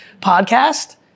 podcast